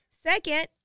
Second